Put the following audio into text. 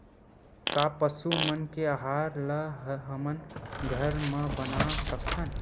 का पशु मन के आहार ला हमन घर मा बना सकथन?